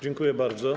Dziękuję bardzo.